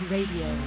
Radio